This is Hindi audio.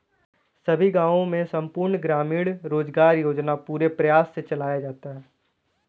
सभी गांवों में संपूर्ण ग्रामीण रोजगार योजना को पूरे प्रयास से चलाया जाता है